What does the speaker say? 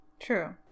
True